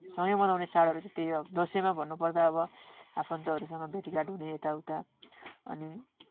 सँगै मनाउने चाडहरू चाहिँ त्यही हो अब दसैँमा भन्नुपर्दा अब आफन्तहरूसँग भेटघाट हुने यताउता अनि